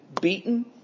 beaten